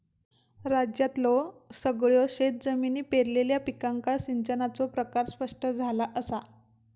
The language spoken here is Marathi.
राज्यातल्यो सगळयो शेतजमिनी पेरलेल्या पिकांका सिंचनाचो प्रकार स्पष्ट झाला असा